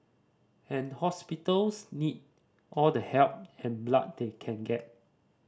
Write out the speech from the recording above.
and hospitals need all the help and blood they can get